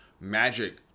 magic